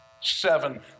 Seven